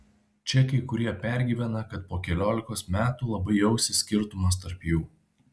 čia kai kurie pergyvena kad po keliolikos metų labai jausis skirtumas tarp jų